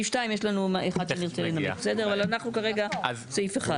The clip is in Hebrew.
יש כתשע הסתייגויות של סיעת יש עתיד לסעיף 1,